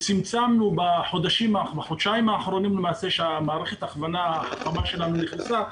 ובחודשיים האחרונים שהמערכת החכמה שלנו נכנסה,